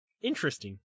interesting